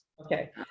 okay